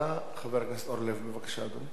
חבר הכנסת זבולון אורלב, בבקשה, אדוני.